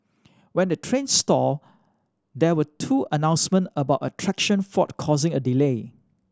when the train stalled there were two announcement about a traction fault causing a delay